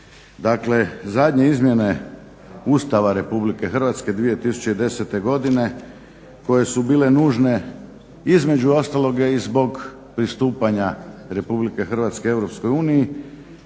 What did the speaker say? Dakle, zadnje izmjene Ustava RH 2010. godine koje su bile nužne između ostaloga i zbog pristupanja Republike Hrvatske EU